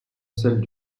celles